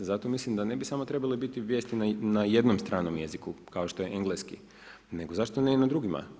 Zato mislim da ne bi samo trebale biti vijesti na jednom stranom jeziku, kao što je engleski nego zašto ne i na drugima?